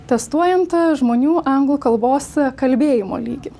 testuojant žmonių anglų kalbos kalbėjimo lygį